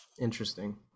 Interesting